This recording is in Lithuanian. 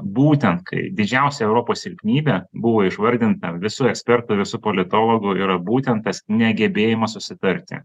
būtent kai didžiausia europos silpnybė buvo išvardintam visų ekspertų visų politologų yra būtent tas negebėjimas susitarti